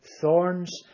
thorns